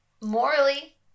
morally